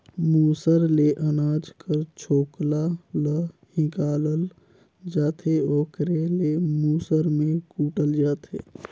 मूसर ले अनाज कर छोकला ल हिंकालल जाथे ओकरे ले मूसर में कूटल जाथे